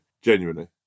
genuinely